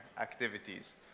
activities